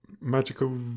magical